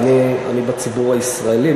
ואני בציבור הישראלי,